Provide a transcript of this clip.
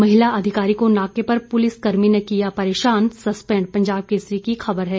महिला अधिकारी को नाके पर पुलिस कर्मी ने किया परेशान सस्पेंड पंजाब केसरी की खबर है